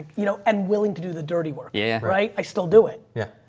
you know, and willing to do the dirty work. yeah right. i still do it. yeah.